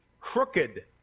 crooked